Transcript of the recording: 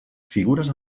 figures